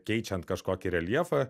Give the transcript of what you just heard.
keičiant kažkokį reljefą